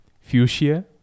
Fuchsia